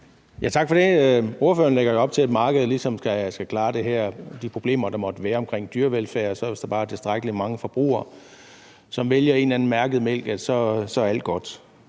Tak for det. Ordføreren lægger jo op til, at markedet ligesom skal klare det her, altså de problemer, der måtte være omkring dyrevelfærd, og siger, at hvis bare der er tilstrækkelig mange forbrugere, som vælger en eller anden mærket mælk, så er alt godt.